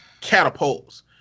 catapults